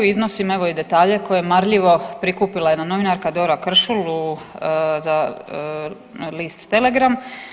Iznosim evo i detalje koje je marljivo prikupila jedna novinarka Dora Kršul u, za list Telegram.